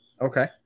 Okay